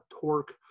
torque